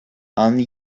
and